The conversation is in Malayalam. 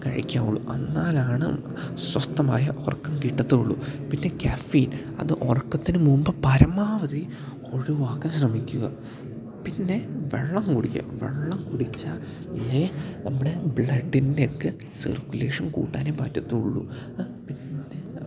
കഴിക്കാവുള്ളൂ എന്നാലാണ് സ്വസ്ഥമായ ഉറക്കം കിട്ടത്തുള്ളു പിന്നെ ക്യഫീന് അത് ഉറക്കത്തിന് മുമ്പ് പരമാവധി ഒഴിവാക്കാൻ ശ്രമിക്കുക പിന്നെ വെള്ളം കുടിക്കുക വെള്ളം കുടിച്ചാൽ തന്നെ നമ്മുടെ ബ്ലഡിൻ്റെയൊക്കെ സെർക്കുലേഷൻ കൂട്ടാൻ പറ്റത്തുള്ളൂ പിന്നെ